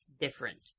different